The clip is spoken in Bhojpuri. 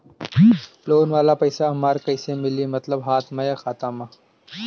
लोन वाला पैसा हमरा कइसे मिली मतलब हाथ में या खाता में?